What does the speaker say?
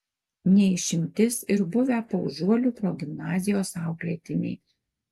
ne išimtis ir buvę paužuolių progimnazijos auklėtiniai